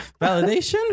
validation